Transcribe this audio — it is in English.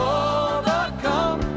overcome